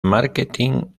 marketing